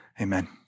Amen